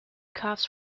cuffs